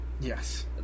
Yes